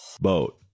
boat